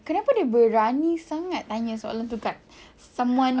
kenapa dia berani sangat tanya soalan tu dekat someone